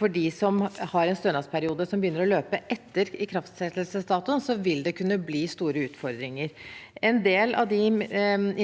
for dem som har en stønadsperiode som begynner å løpe etter ikrafttredelsesdatoen, vil det kunne bli store utfordringer. En del av de